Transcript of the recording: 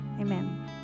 Amen